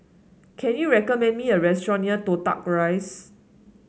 can you recommend me a restaurant near Toh Tuck Rise